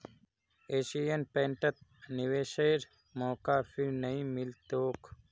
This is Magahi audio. एशियन पेंटत निवेशेर मौका फिर नइ मिल तोक